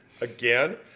Again